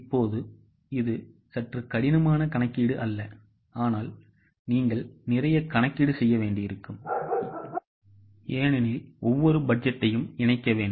இப்போது இது சற்று கடினமான கணக்கீடு அல்ல ஆனால் நீங்கள் நிறைய கணக்கீடு செய்ய வேண்டியிருக்கும் ஏனெனில் ஒவ்வொரு பட்ஜெட்டையும்இணைக்க வேண்டும்